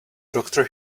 doctor